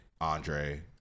Andre